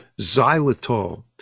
xylitol